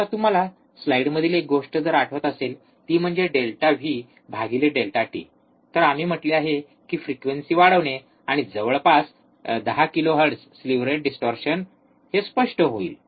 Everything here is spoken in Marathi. आता तुम्हाला स्लाइडमधील एक गोष्ट जर आठवत असेल ती म्हणजे delta V delta T ∆V ∆t तर आम्ही म्हटले आहे की फ्रिक्वेंसी वाढवणे आणि जवळपास 10 किलोहर्ट्झ स्लीव्ह रेट डिस्टोर्शन हे स्पष्ट होईल